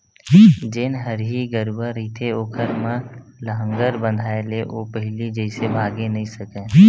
जेन हरही गरूवा रहिथे ओखर म लांहगर बंधाय ले ओ पहिली जइसे भागे नइ सकय